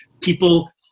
people